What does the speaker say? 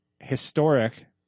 historic